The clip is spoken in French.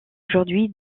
aujourd’hui